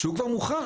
שהוא כבר מוכן.